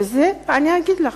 אני אגיד לכם: